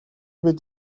бид